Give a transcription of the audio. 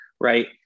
right